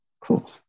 Cool